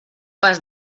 pas